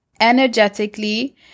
energetically